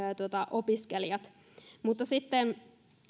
opiskelijat